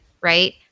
Right